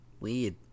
weird